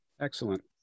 Excellent